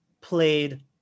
played